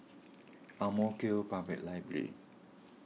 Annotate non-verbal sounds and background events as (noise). (noise) Ang Mo Kio Public Library